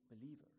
believer